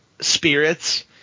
spirits